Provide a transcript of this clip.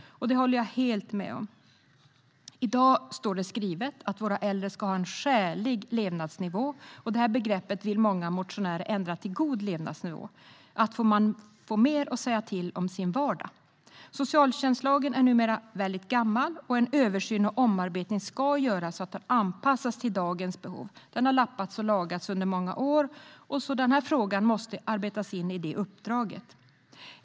Det håller jag helt med om. I dag står det skrivet att våra äldre ska ha en skälig levnadsnivå, och detta begrepp vill många motionärer ändra till god levnadsnivå - att man får mer att säga till om i sin vardag. Socialtjänstlagen är numera väldigt gammal, och en översyn och omarbetning ska göras så att den anpassas till dagens behov. Den har lappats och lagats under många år, så denna fråga måste arbetas in i det uppdraget.